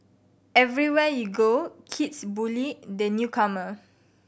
everywhere you go kids bully the newcomer